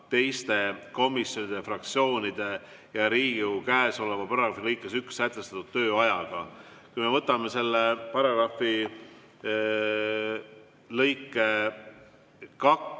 teiste komisjonide, fraktsioonide ja Riigikogu käesoleva paragrahvi lõikes 1 sätestatud tööajaga."Kui me võtame selle paragrahvi lõike 2,